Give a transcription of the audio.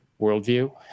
worldview